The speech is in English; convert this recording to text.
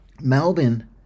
Melbourne